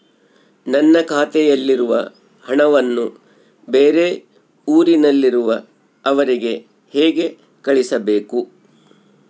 ನನ್ನ ಖಾತೆಯಲ್ಲಿರುವ ಹಣವನ್ನು ಬೇರೆ ಊರಿನಲ್ಲಿರುವ ಅವರಿಗೆ ಹೇಗೆ ಕಳಿಸಬೇಕು?